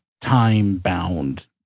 time-bound